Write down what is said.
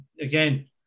again